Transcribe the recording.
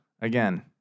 Again